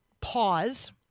pause